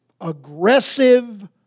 aggressive